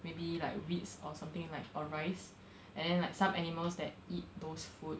maybe like weeds or something like or rice and then like some animals that eat those food